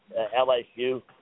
LSU